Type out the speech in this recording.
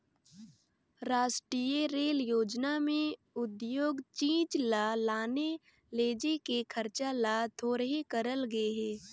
रास्टीय रेल योजना में उद्योग चीच ल लाने लेजे के खरचा ल थोरहें करल गे हे